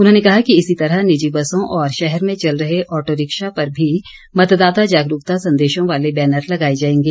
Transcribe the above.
उन्होंने कहा कि इसी तरह निजी बसों और शहर में चल रहे ऑटो रिक्शा पर भी मतदाता जागरूकता संदेशों वाले बैनर लगाए जाएंगे